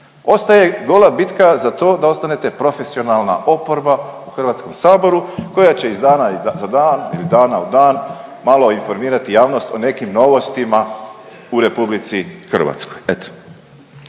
Ostaje gola bitka za to da ostanete profesionalna oporba u Hrvatskom saboru koja će iz dana u dan malo informirati javnost o nekim novostima u Republici Hrvatskoj.